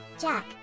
jack